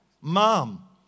Mom